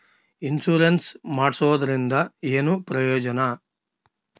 Insurance ಮಾಡ್ಸೋದರಿಂದ ಏನು ಪ್ರಯೋಜನ?